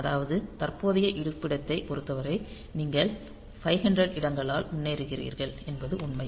அதாவது தற்போதைய இருப்பிடத்தைப் பொறுத்தவரை நீங்கள் 500 இடங்களால் முன்னேறுகிறீர்கள் என்பது உண்மை